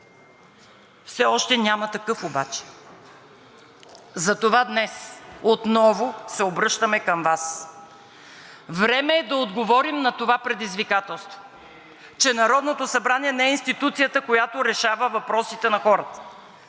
Все още няма такъв обаче. Затова днес отново се обръщаме към Вас. Време е да отговорим на това предизвикателство, че Народното събрание не е институцията, която решава въпросите на хората,